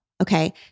Okay